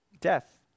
death